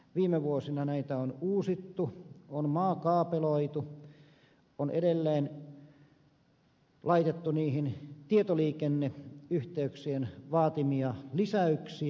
viime vuosina näitä on uusittu on maakaapeloitu on edelleen laitettu niihin tietoliikenneyhteyksien vaatimia lisäyksiä